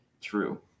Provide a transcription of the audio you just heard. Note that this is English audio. true